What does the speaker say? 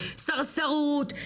סרסרות?